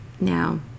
now